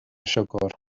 siwgr